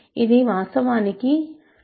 ఇది వాస్తవానికి 22 అంటే 4